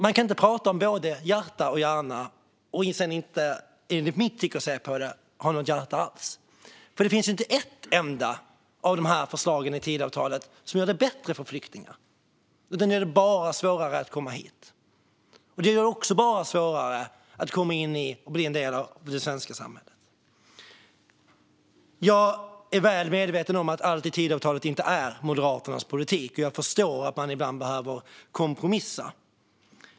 Man kan inte prata om både hjärta och hjärna och sedan inte, enligt mitt sätt att se på det, ha något hjärta alls. Det finns inte ett enda förslag i Tidöavtalet som gör det bättre för flyktingar, utan det gör det bara svårare att komma hit. Och det gör det bara svårare att komma in i och bli en del av det svenska samhället. Jag är väl medveten om att allt i Tidöavtalet inte är Moderaternas politik, och jag förstår att man ibland behöver kompromissa.